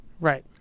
Right